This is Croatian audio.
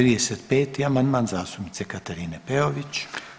35. amandman zastupnice Katarine Peović.